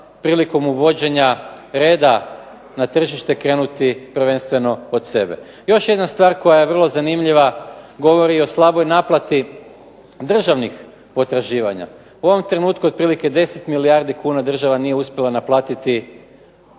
prilikom uvođenja reda na tržište krenuti prvenstveno od sebe. Još jedna stvar koja je vrlo zanimljiva govori o slaboj naplati državnih potraživanja. U ovom trenutku otprilike 10 milijardi kuna država nije uspjela naplatiti